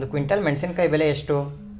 ಒಂದು ಕ್ವಿಂಟಾಲ್ ಮೆಣಸಿನಕಾಯಿ ಬೆಲೆ ಎಷ್ಟು?